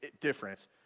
difference